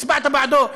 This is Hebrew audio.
הצבעת בעדו,